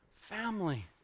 Family